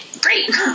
great